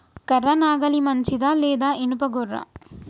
కర్ర నాగలి మంచిదా లేదా? ఇనుప గొర్ర?